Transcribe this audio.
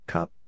Cup